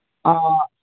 ആ